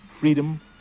freedom